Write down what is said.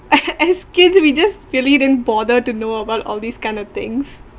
as as kid we just really didn't bother to know about all these kind of things